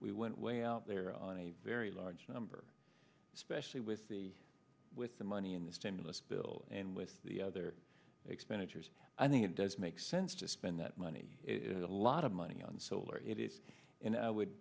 we went way out there on a very large number especially with the with the money in the stimulus bill and with the other expenditures i think it does make sense to spend that money is a lot of money on solar it is and i would